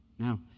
Now